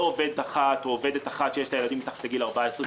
עובד אחד או עובדת אחת שיש לה ילדים מתחת לגיל 14,